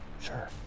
Sure